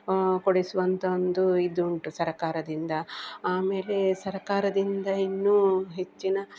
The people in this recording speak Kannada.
ಕೊಡಿಸುವಂಥ ಒಂದು ಇದು ಉಂಟು ಸರಕಾರದಿಂದ ಆಮೇಲೆ ಸರಕಾರದಿಂದ ಇನ್ನೂ ಹೆಚ್ಚಿನ